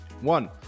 One